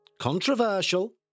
Controversial